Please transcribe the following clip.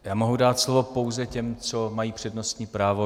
Já mohu dát slovo pouze těm, co mají přednostní právo.